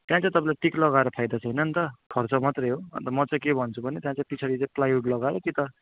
त्यहाँ चाहिँ तपाईँले टिक लगाएर फाइदा छैन नि त खर्च मात्रै हो अन्त म चाहिँ के भन्छु भने त्यहाँ चाहिँ पछाडि चाहिँ प्लाइहुड लगायो कि त